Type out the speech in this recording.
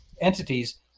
entities